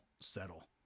settle